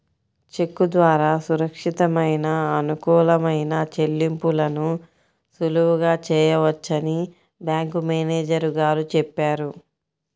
చెక్కు ద్వారా సురక్షితమైన, అనుకూలమైన చెల్లింపులను సులువుగా చేయవచ్చని బ్యాంకు మేనేజరు గారు చెప్పారు